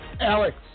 Alex